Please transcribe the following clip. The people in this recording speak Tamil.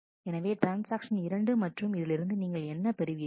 எனவே ட்ரான்ஸ்ஆக்ஷன் 2 மற்றும் இதிலிருந்து நீங்கள் என்ன பெறுவீர்கள்